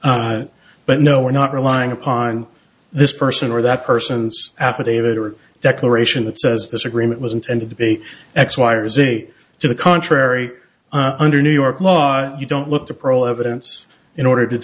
but no we're not relying upon this person or that person's affidavit or declaration that says this agreement was intended to be x y or z to the contrary under new york laws you don't look to pro evidence in order to